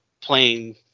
playing